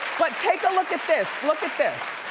but take a look at this, look at this.